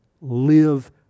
live